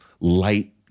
light